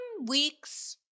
weeks